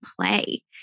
play